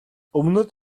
өмнөд